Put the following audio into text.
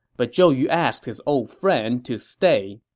but zhou yu asked his old friend to stay